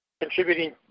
contributing